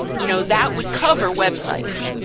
you know, that would cover websites.